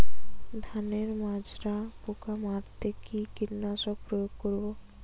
ধানের মাজরা পোকা মারতে কি কীটনাশক প্রয়োগ করব?